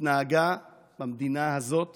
שהתנהגה במדינה הזאת